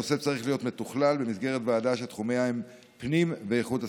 הנושא צריך להיות מתוכלל במסגרת ועדה שתחומיה הם פנים ואיכות הסביבה.